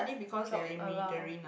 drop around